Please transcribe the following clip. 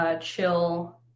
chill